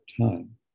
time